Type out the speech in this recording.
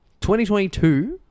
2022